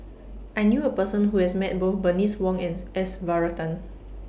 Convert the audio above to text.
I knew A Person Who has Met Both Bernice Wong Ans S Varathan